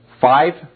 five